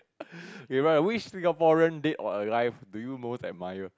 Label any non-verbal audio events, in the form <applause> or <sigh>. <noise> which Singaporean dead or alive do you most admire